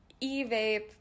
e-vape